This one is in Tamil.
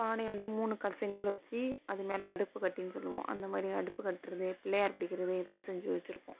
பானையை வந்து மூணு கல் செங்கல் வச்சு அது மேலே அடுப்பு கட்டின்னு சொல்லுவோம் அந்த மாதிரி அடுப்பு கட்டுறது பிள்ளையார் பிடிக்கிறது இதெல்லாம் செஞ்சு வச்சிருப்போம்